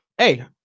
hey